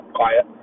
quiet